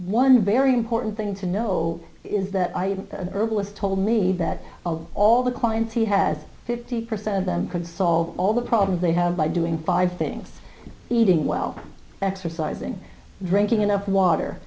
one very important thing to know is that i earlier was told me that of all the clients he has fifty percent of them could solve all the problems they have by doing five things eating well exercising drinking enough water